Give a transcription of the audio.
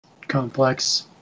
complex